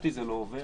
אותי זה לא עובר